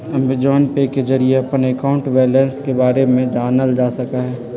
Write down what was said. Amazon pay के जरिए अपन अकाउंट बैलेंस के बारे में जानल जा सका हई